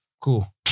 cool